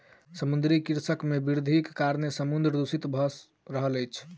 समुद्रीय कृषि मे वृद्धिक कारणेँ समुद्र दूषित भ रहल अछि